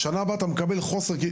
בשנה הבאה תקבל חוסר.